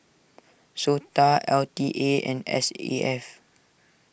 Sota L T A and S A F